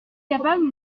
capable